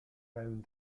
around